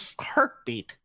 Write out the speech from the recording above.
heartbeat